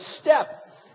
step